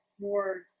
more